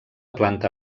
planta